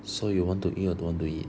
so you want to eat or don't want to eat